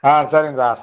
ஆ சரிங்க சார்